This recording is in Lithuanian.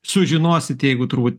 sužinosit jeigu turbūt